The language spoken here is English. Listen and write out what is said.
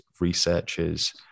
researchers